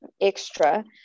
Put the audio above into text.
extra